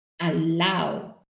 allow